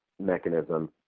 mechanism